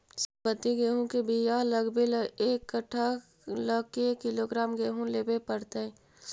सरबति गेहूँ के बियाह लगबे ल एक कट्ठा ल के किलोग्राम गेहूं लेबे पड़तै?